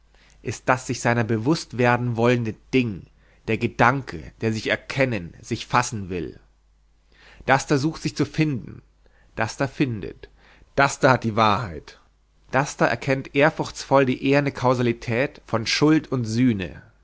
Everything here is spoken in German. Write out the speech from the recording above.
ist das sich seiner bewußt werden wollende ding der gedanke der sich erkennen sich fassen will das da sucht sich zu finden das da findet das da hat die wahrheit das da erkennt ehrfurchtsvoll die eherne kausalität von schuld und sühne